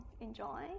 enjoy